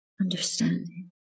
understanding